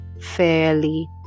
fairly